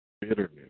Bitterness